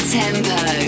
tempo